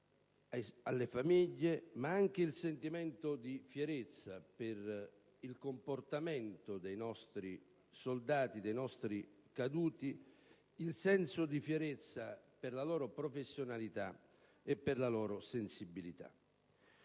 alle famiglie, ma anche il sentimento di fierezza per il comportamento dei nostri soldati, dei nostri caduti: il senso di fierezza per la loro professionalità e per la loro sensibilità.